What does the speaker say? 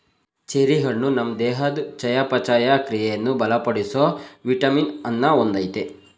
cherry ಹಣ್ಣು ನಮ್ ದೇಹದ್ ಚಯಾಪಚಯ ಕ್ರಿಯೆಯನ್ನು ಬಲಪಡಿಸೋ ವಿಟಮಿನ್ ಅನ್ನ ಹೊಂದಯ್ತೆ